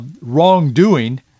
wrongdoing